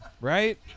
Right